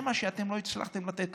מה שאתם לא הצלחתם לתת.